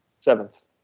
Seventh